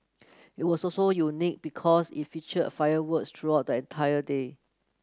it was also unique because it featured fireworks throughout that entire day